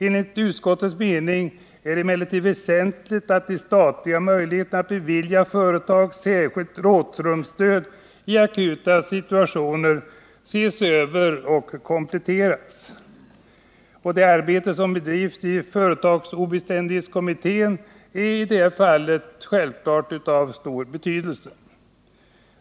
Enligt utskottets mening är det emellertid väsentligt att de statliga möjligheterna att bevilja företag särskilt rådrumsstöd i akuta situationer ses över och kompletteras. Och det arbete som bedrivs av företagsobeståndskommittén är i det fallet självklart av stor betydelse.